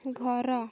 ଘର